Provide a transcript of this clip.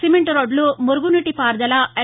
సిమెంటురోడ్లు మురుగునీటి పారుదల ఎల్